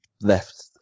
left